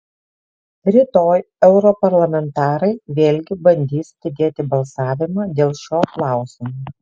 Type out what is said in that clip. rytoj europarlamentarai vėlgi bandys atidėti balsavimą dėl šio klausimo